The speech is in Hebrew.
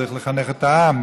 צריך לחנך את העם,